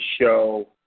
show